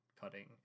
cutting